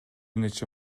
нече